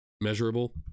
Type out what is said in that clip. measurable